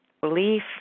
belief